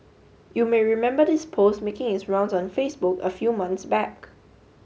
you may remember this post making its rounds on Facebook a few month back